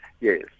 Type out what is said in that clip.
Yes